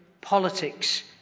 politics